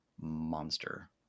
monster